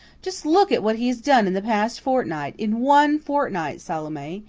just look at what he has done in the past fortnight in one fortnight, salome.